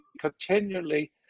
continually